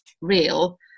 real